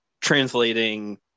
translating